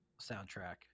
soundtrack